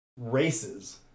races